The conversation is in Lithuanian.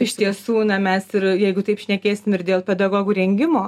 iš tiesų na mes ir jeigu taip šnekėsim ir dėl pedagogų rengimo